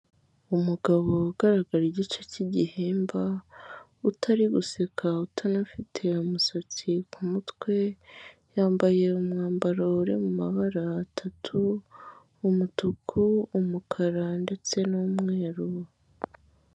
Umugabo ugaragara igice cy'igihimba, utari guseka, utanafite umusatsi ku mutwe, yambaye umwambaro uri mu mabara atatu: umutuku, umukara ndetse n'umweru.